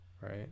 right